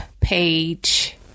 page